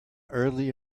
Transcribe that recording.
early